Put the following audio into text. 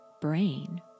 brain